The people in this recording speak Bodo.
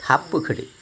थाब बोखोदो